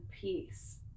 peace